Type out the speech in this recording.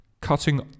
cutting